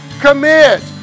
Commit